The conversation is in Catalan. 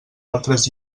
altres